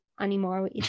anymore